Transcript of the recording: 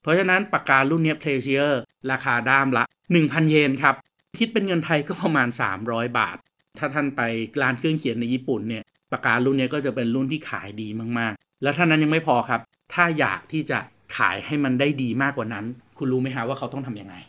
เพราะฉะนั้นปากการุ่นเนี้ย Plaisir ราคาด้ามละ 1,000 เยนครับ คิดเป็นเงินไทยก็ประมาณ 300 บาท ถ้าท่านไปร้านเครื่องเขียนในญี่ปุ่นเนี่ย ปากการุ่นเนี้ยก็จะเป็นรุ่นที่ขายดีมากๆ และถ้านั้นยังไม่พอครับ ถ้าอยากที่จะขายให้มันได้ดีมากกว่านั้น คุณรู้ไหมฮะว่าเขาต้องทำยังไง?